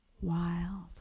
wild